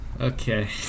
Okay